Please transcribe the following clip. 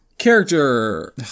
character